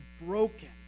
broken